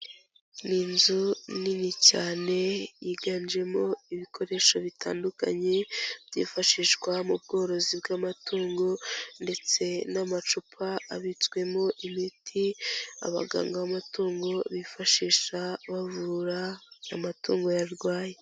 Ni inzu nini cyane yiganjemo ibikoresho bitandukanye byifashishwa mu bworozi bw'amatungo, ndetse n'amacupa abitswemo imiti abaganga bamatungo bifashisha bavura amatungo y'arwaye.